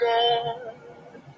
God